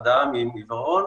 אדם עם עיוורון